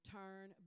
turn